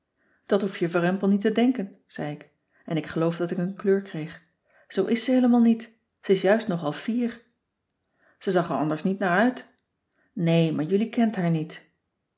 dat hoef je warempel niet te denken zei ik en ik geloof dat ik een kleur kreeg zoo is ze heelemaal niet ze is juist nogal fier ze zag er anders niet naar uit nee maar jullie kent haar niet